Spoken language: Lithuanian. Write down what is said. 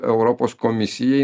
europos komisijai